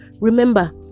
Remember